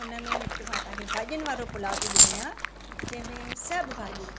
उनमें हिकु मां तव्हांखे भाॼीनि वारो पुलाउ थी ॿुधायां जंहिंमें सभु भाॼियूं